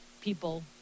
people